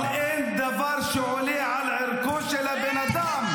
-- אבל אין דבר שעולה על ערכו של הבן אדם.